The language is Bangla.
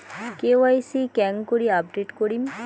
কে.ওয়াই.সি কেঙ্গকরি আপডেট করিম?